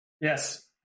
Yes